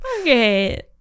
Okay